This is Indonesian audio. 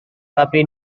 tapi